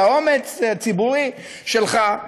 על האומץ הציבורי שלך,